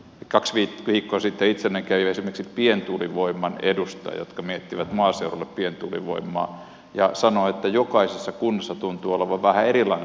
kaksi viikkoa sitten itselläni kävivät esimerkiksi pientuulivoiman edustajat jotka miettivät maaseudulle pientuulivoimaa ja sanoivat että jokaisessa kunnassa tuntuu olevan vähän erilainen soveltaminen